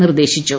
നിർദ്ദേശിച്ചു